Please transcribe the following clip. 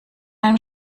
einem